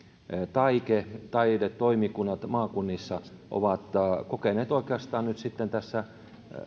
taike taidetoimikunnat maakunnissa ovat kokeneet oikeastaan nyt tässä